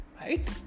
right